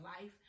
life